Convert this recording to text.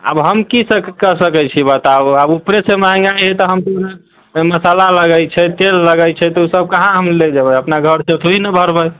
आब हम की कऽ सकैत छी बताउ आब ऊपरे से महँगाइ हइ तऽ हम मसाला लगैत छै तेल लगैत छै तऽ ओसब कहाँ हम ले जेबै अपना घर से थोड़े ने भरबै